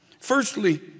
Firstly